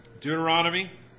Deuteronomy